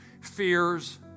fears